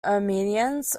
armenians